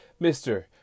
Mr